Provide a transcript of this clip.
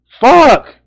fuck